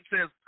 says